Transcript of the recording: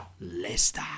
Leicester